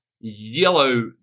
yellow